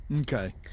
okay